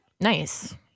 Nice